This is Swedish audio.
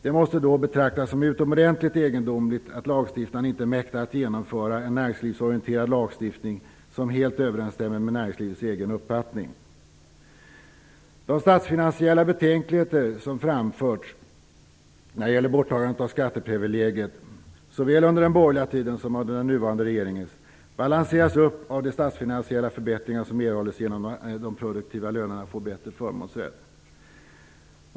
Det måste då betraktas som utomordentligt egendomligt att lagstiftaren inte mäktar att genomföra en näringslivsorienterad lagstiftning som helt överensstämmer med näringslivets egen uppfattning. De statsfinansiella betänkligheter som framförts när det gäller borttagandet av skatteprivilegiet, såväl under den borgerliga tiden som under den nuvarande regeringens, balanseras upp av de statsfinansiella förbättringar som erhålls genom att de produktiva lönerna får bättre förmånsrätt.